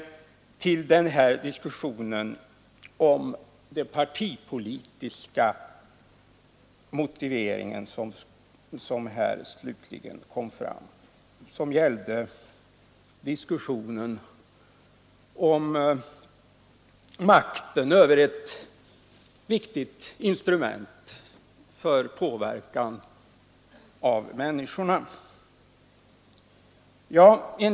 Slutligen till diskussionen om den partipolitiska motiveringen som gällde makten över ett viktigt instrument för påverkan av människorna.